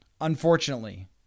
unfortunately